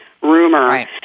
rumor